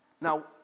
now